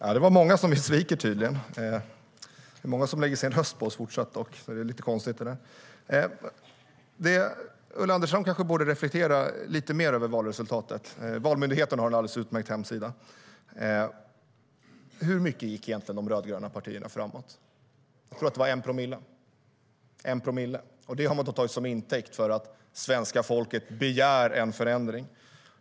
Herr talman! Det är tydligen många vi sviker. Det är lite konstigt, för det är många som fortsatt lägger sin röst på oss. Hur mycket gick egentligen de rödgröna partierna framåt? Jag tror att det var 1 promille. Det har man då tagit till intäkt för att svenska folket begär en förändring.